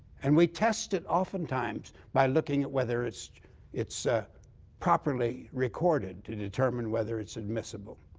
and we test it oftentimes by looking at whether it's it's ah properly recorded to determine whether it's admissible.